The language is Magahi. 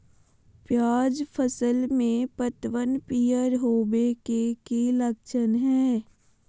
प्याज फसल में पतबन पियर होवे के की लक्षण हय?